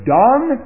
done